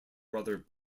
brother